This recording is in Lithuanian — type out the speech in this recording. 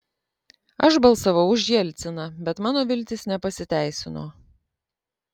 aš balsavau už jelciną bet mano viltys nepasiteisino